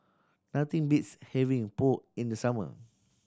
nothing beats having Pho in the summer